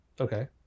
Okay